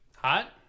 hot